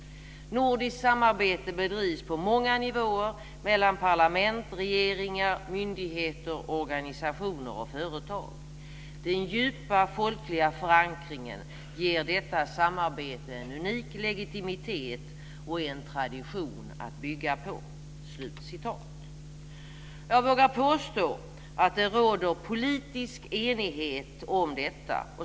Nordiskt samarbete bedrivs på många nivåer mellan parlament, regeringar, myndigheter, organisationer och företag. Den djupa folkliga förankringen ger detta samarbete en unik legitimitet, och är en tradition att bygga på." Jag vågar påstå att det råder politisk enighet om detta.